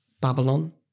Babylon